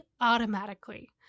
automatically